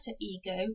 ego